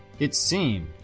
it seemed,